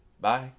Bye